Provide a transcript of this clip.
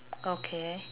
okay